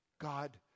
God